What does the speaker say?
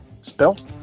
spelt